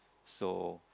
so